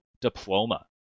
diploma